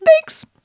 thanks